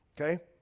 Okay